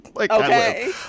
Okay